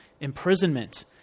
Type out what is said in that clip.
imprisonment